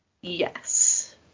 Yes